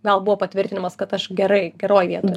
gal buvo patvirtinimas kad aš gerai geroj vietoj